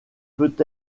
peut